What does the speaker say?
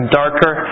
darker